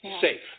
safe